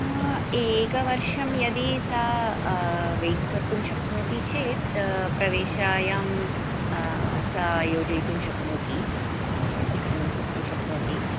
एकवर्षं यदि सा वैट् कर्तुं शक्नोति चेत् प्रवेशायां सा योजयितुं शक्नोति पञ्जीकरणं कर्तुं शक्नोति